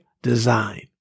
Design